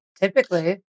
typically